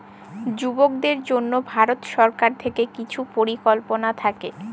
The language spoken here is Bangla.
যুবকদের জন্য ভারত সরকার থেকে কিছু পরিকল্পনা থাকে